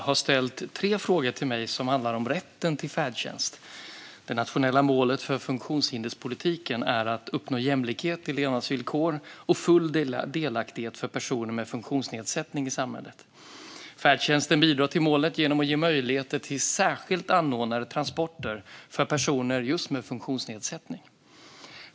har ställt tre frågor till mig som handlar om rätten till färdtjänst. Det nationella målet för funktionshinderspolitiken är att uppnå jämlikhet i levnadsvillkor och full delaktighet för personer med funktionsnedsättning i samhället. Färdtjänsten bidrar till målet genom att ge möjlighet till särskilt anordnade transporter för personer med funktionsnedsättning.